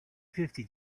fifty